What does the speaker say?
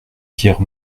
dire